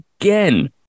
Again